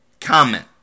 comment